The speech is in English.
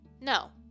No